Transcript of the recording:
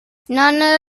none